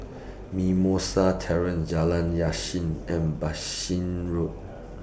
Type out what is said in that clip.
Mimosa Terrace Jalan Yasin and Bassein Road